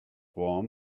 warm